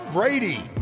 Brady